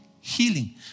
healing